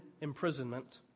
imprisonment